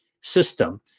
system